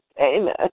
Amen